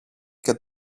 και